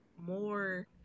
more